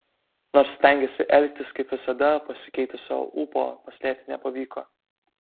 nors stengėsi elgtis kaip visada pasikeitusio ūpo paslėpti nepavyko